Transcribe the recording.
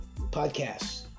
Podcasts